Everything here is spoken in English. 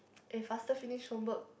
eh faster finish homework